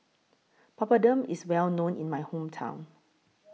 Papadum IS Well known in My Hometown